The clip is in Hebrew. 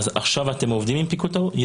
עכשיו אתם עובדים עם פיקוד העורף?